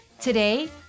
Today